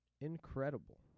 Incredible